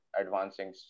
advancing